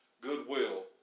goodwill